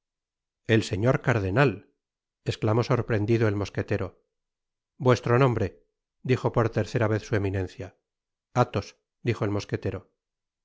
el señor cardenal esclamó sorprendido el mosquetero vuestro nombre dijo por tercera tez su eminencia athos dijo el mosquetero